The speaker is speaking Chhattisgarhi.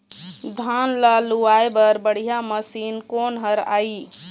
धान ला लुआय बर बढ़िया मशीन कोन हर आइ?